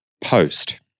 Post